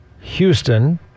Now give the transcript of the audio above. Houston